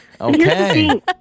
Okay